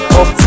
up